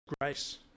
Grace